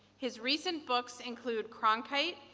his recent books include cronkite,